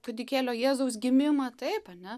kūdikėlio jėzaus gimimą taip ane